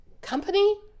company